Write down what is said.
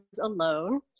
alone